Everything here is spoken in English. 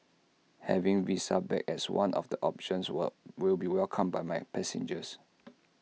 having visa back as one of the options will be welcomed by my passengers